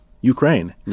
Ukraine